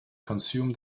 consume